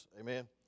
Amen